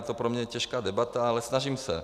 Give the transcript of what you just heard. A je to pro mě těžká debata, ale snažím se.